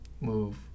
move